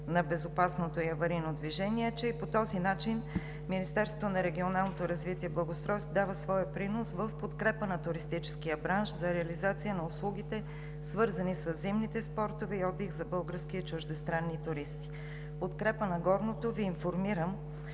на безопасното и аварийно движение, а че по този начин Министерството на регионалното развитие и благоустройството дава своя принос в подкрепа на туристическия бранш, за реализация на услугите, свързани със зимните спортове и отдиха за български и чуждестранни туристи. В подкрепа на горното Ви информирам,